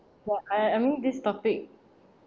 wha~ I I mean this topic